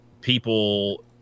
People